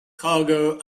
cargo